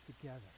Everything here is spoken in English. together